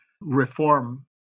reform